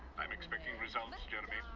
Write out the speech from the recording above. i am expecting results, jeremy.